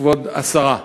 כבוד השרה,